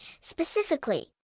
specifically